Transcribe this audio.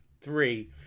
three